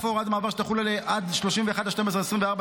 להוראת המעבר שתחול עד 31 בדצמבר 2024,